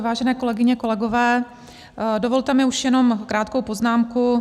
Vážené kolegyně, vážení kolegové, dovolte mi už jenom krátkou poznámku.